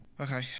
okay